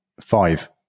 five